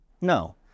No